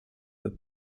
the